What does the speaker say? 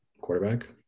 quarterback